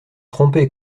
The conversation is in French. trompez